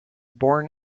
born